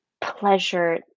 pleasure